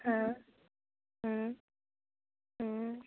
हाँ हाँ हाँ